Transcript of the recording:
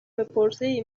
بپرسی